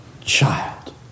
child